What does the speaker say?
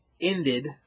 ended